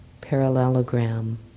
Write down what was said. parallelogram